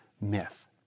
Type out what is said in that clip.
myth